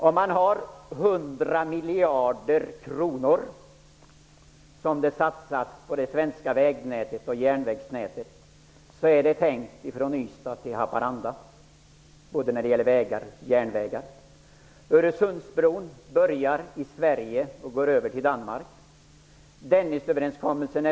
Om 100 miljarder kronor satsas på det svenska vägnätet och järnvägsnätet, då är det tänkt från Sverige och går över till Danmark.